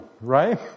right